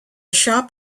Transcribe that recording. shop